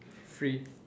free